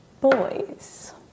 boys